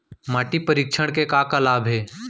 माटी परीक्षण के का का लाभ हे?